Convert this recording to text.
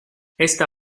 esta